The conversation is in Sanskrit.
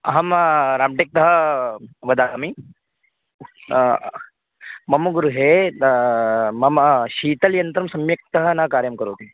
अहं राम्टेक्तः वदामि मम गृहे मम शीतलयन्त्रं सम्यक्तया न कार्यं करोति